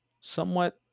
somewhat